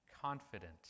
confident